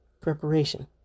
preparation